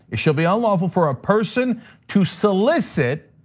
it shall be unlawful for a person to solicit,